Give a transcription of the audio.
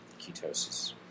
ketosis